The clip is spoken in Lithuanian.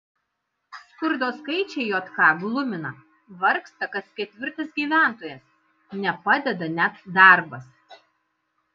skurdo skaičiai jk glumina vargsta kas ketvirtas gyventojas nepadeda net darbas